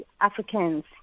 Africans